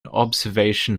observation